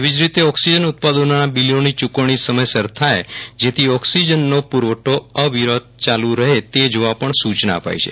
એવી જ રીતે ઓક્સીજન ઉત્પાદકોના બીલોની યૂકવણી સમયસર થાય જેથી ઓક્સીજનનો પુરવઠો અવિરત યાલુ રહે તે જોવા પણ સૂચના અપાઈ છે